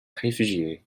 réfugié